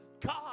God